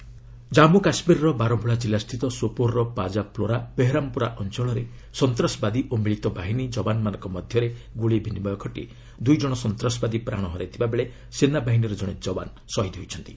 JK gun fight Jammu କାଶ୍ମୀରର ବାରମ୍ଭଳା କିଲ୍ଲାସ୍ଥିତ ସୋପୋର୍ର ପାଜାପ୍ଲୋରା ବେହରାମ୍ପୋରା ଅଞ୍ଚଳରେ ସନ୍ତାସବାଦୀ ମିଳିତ ବାହିନୀ ଯବାନମାନଙ୍କ ମଧ୍ୟରେ ଗ୍ରଳି ବିନିମୟରେ ଦୂଇ ଜଣ ସନ୍ତାସବାଦୀ ପ୍ରାଣ ହରାଇଥିବାବେଳେ ସେନାବାହିନୀର କଣେ ଯବାନ ଶହିଦ୍ ହୋଇଛନ୍ତି